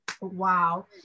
Wow